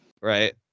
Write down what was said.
right